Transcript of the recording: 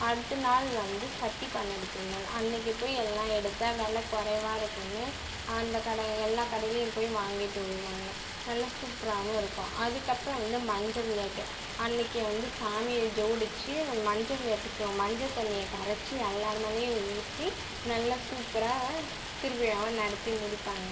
அடுத்த நாள் வந்து சட்டி பானை எடுக்கிற நாள் அன்றைக்கி போய் எல்லாம் எடுத்தா வில குறைவா இருக்குன்னு அந்த கடை எல்லாம் கடையிலையும் போய் வாங்கிட்டு வருவாங்க நல்ல சூப்பராவும் இருக்கும் அதுக்கப்புறம் வந்து மஞ்ச விளையாட்டு அன்றைக்கியே வந்து சாமியை ஜோடித்து மஞ்சள் விளையாட்டு செய்வோம் மஞ்சள் தண்ணியை கரைத்து எல்லார் மேலேயும் ஊற்றி நல்லா சூப்பராக திருவிழாவை நடத்தி முடிப்பாங்க